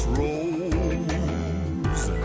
rose